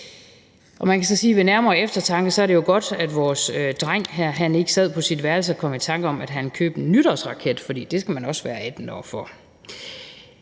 ved nærmere eftertanke sige, at det jo er godt, at vores dreng her ikke sad på sit værelse og kom i tanke om, at han ville købe en nytårsraket, for det skal man også være 18 år for.